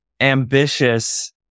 ambitious